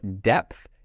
depth